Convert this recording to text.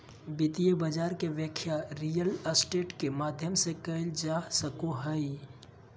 वित्तीय बाजार के व्याख्या रियल स्टेट के माध्यम से कईल जा सको हइ